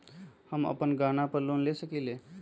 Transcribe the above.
हम अपन गहना पर लोन ले सकील?